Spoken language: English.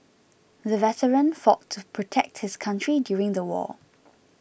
the veteran fought to protect his country during the war